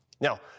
Now